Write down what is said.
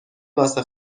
واسه